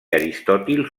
aristòtil